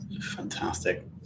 Fantastic